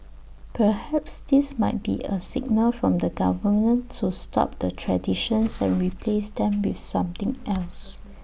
perhaps this might be A signal from the government to stop the traditions and replace them with something else